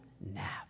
nap